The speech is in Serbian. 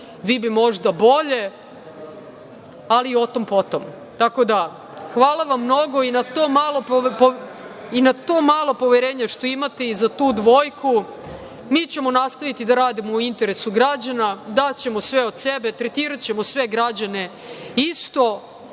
vi bi možda bolje, ali o tom potom. Tako da hvala vam mnogo i na to malo poverenje što imate i za tu dvojku. Mi ćemo nastaviti da radimo u interesu građana, daćemo sve od sebe, tretiraćemo sve građane isto,